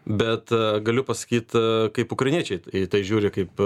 bet galiu pasakyt kaip ukrainiečiai į tai žiūri kaip